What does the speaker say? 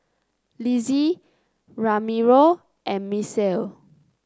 Lissie Ramiro and Misael